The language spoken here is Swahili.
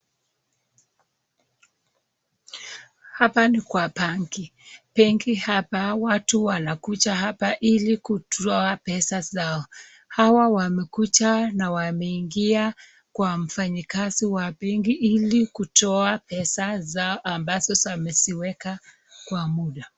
Hapa ni kwa banki. Benki hapa watu wanakuja hapa ili kutoa pesa zao. Hawa wamekuja na wameingia kwa mfanyi kazi wa benki ili kutoa pesa zao ambazo ameziweka kwa muda.